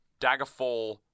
Daggerfall